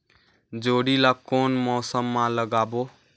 जोणी ला कोन मौसम मा लगाबो?